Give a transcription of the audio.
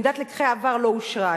משהו מלמידת לקחי העבר לא הושרש.